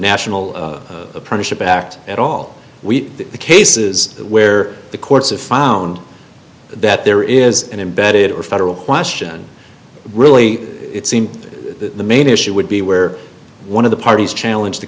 national apprenticeship act at all we the cases where the courts have found that there is an embedded or federal question really it seems that the main issue would be where one of the parties challenge the